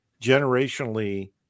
generationally